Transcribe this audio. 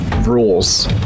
Rules